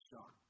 John